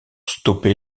stopper